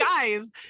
guys